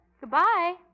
Goodbye